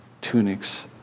tunics